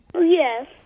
Yes